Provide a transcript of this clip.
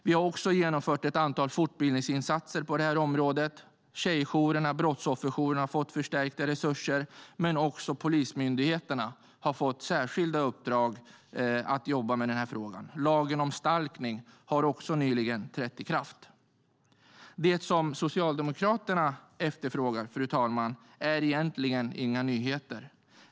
Vi har också genomfört ett antal fortbildningsinsatser på det här området. Tjejjourerna och brottsofferjourerna har fått förstärkta resurser. Även polismyndigheterna har fått särskilda uppdrag att jobba med den här frågan, och lagen om stalkning har nyligen trätt i kraft. Det Socialdemokraterna efterfrågar, fru talman, är egentligen inga nyheter.